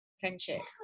Friendships